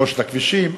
שלושת הכבישים,